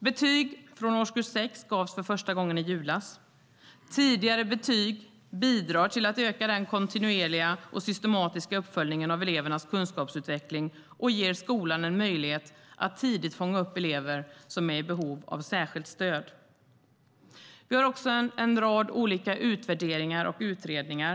Betyg från årskurs 6 gavs för första gången i julas. Tidigare betyg bidrar till att öka den kontinuerliga och systematiska uppföljningen av elevernas kunskapsutveckling och ger skolan en möjlighet att tidigt fånga upp elever som är i behov av särskilt stöd. Vi har också en rad olika utvärderingar och utredningar.